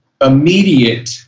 immediate